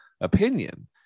opinion